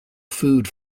food